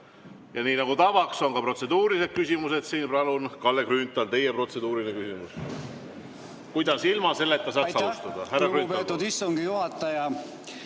Ja nii nagu tavaks, on ka protseduurilised küsimused siin. Palun, Kalle Grünthal, teie protseduuriline küsimus! Kuidas ilma selleta saakski alustada?